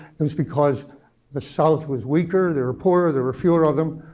it was because the south was weaker. they were poorer. there were fewer of them.